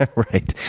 like right.